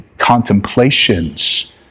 contemplations